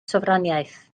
sofraniaeth